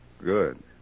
Good